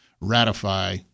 ratify